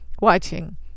watching